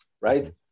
right